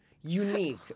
unique